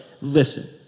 listen